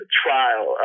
trial